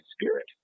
spirit